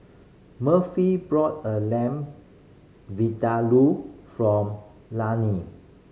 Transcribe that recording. Murphy brought a Lamb Vindaloo from Lainey